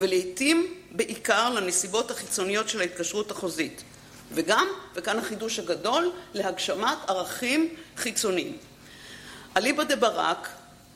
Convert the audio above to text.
ולעיתים בעיקר לנסיבות החיצוניות של ההתקשרות החוזית. וגם, וכאן החידוש הגדול, להגשמת ערכים חיצוניים. אליבא דה-ברק.